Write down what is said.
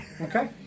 Okay